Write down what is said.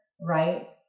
Right